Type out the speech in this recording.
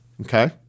Okay